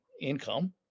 income